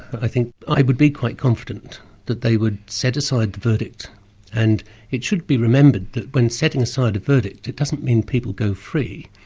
i think i would be quite confident that they would set aside the verdict and it should be remembered that when setting aside a verdict, it doesn't mean people go free,